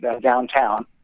downtown